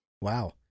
Wow